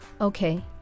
Okay